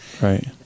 right